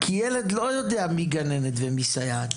כי ילד לא יודע מי גננת ומי סייעת.